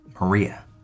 Maria